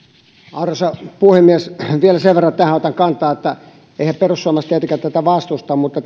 arvoisa puhemies vielä sen verran tähän otan kantaa että eiväthän perussuomalaiset tietenkään tätä vastusta mutta